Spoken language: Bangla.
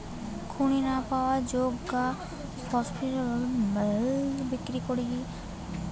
খনি নু পাওয়া যৌগ গা ফস্ফরিক অ্যাসিড এর সাথে বিক্রিয়া করিকি গুলা ফস্ফেট নুন বনি যায়